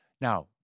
Now